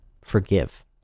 forgive